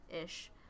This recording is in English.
Ish